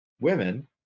women